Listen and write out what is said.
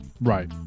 Right